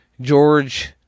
George